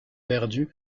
perdus